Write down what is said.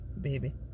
baby